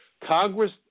Congress